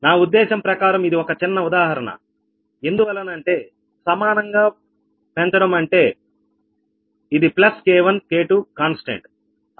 నా ఉద్దేశం ప్రకారం ఇది ఒక చిన్న ఉదాహరణ ఎందువలన అంటే సమానంగా పెంచడం అంటే ఇది ప్లస్ K1K2 కాన్స్ టెంట్